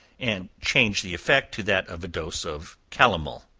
and change the effect to that of a dose of calomel.